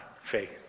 faith